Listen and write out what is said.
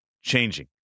changing